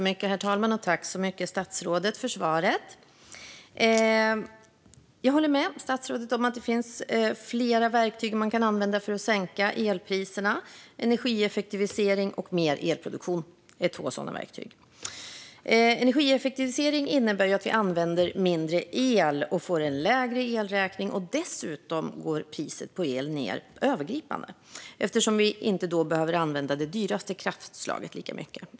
Herr talman! Tack så mycket, statsrådet, för svaret! Jag håller med statsrådet om att det finns flera verktyg man kan använda för att sänka elpriserna. Energieffektivisering och mer elproduktion är två sådana verktyg. Energieffektivisering innebär att vi använder mindre el och får en lägre elräkning, och dessutom går priset på el ned övergripande eftersom vi då inte behöver använda det dyraste kraftslaget lika mycket.